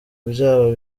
byaba